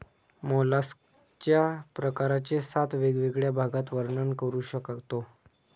मॉलस्कच्या प्रकारांचे सात वेगवेगळ्या भागात वर्णन करू शकतो